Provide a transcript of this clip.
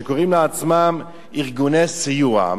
שקוראים לעצמם "ארגוני סיוע".